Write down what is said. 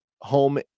home